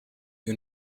you